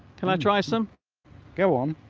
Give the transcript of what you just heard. can i try some go on